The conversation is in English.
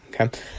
okay